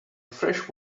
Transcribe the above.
fresh